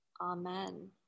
Amen